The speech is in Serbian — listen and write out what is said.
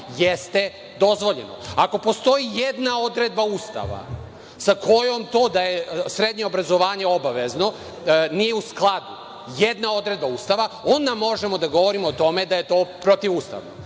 jeste dozvoljeno. Ako postoji jedna odredba Ustava, sa kojom to da je srednje obrazovanje obavezno, nije u skladu jedna odredba Ustava, onda možemo da govorimo o tome da je to protivustavno.